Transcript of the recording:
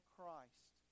Christ